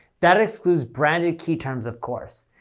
that excludes branded key terms, of course.